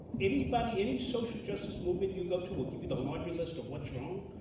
anybody, any social justice movement you go to will give you the laundry list of what's wrong,